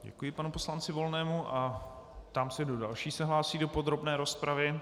Děkuji panu poslanci Volnému a ptám se, kdo další se hlásí do podrobné rozpravy.